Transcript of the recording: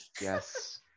Yes